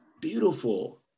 beautiful